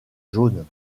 jaune